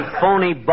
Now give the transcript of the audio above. phony